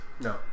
No